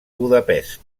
budapest